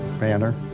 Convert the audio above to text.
manner